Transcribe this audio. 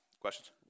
questions